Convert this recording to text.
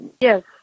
Yes